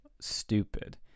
Stupid